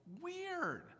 weird